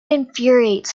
infuriates